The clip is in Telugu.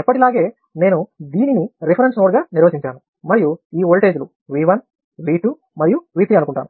ఎప్పటిలాగే నేను దీనిని రిఫరెన్స్ నోడ్ గా నిర్వచించాను మరియు ఈ వోల్టేజ్లు V 1 V 2 మరియు V 3 అనుకుంటాను